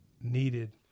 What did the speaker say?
needed